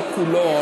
לא כולו,